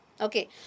okay